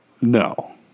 No